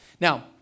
Now